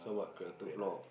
ah wait lah